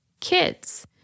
kids